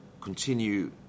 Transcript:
continue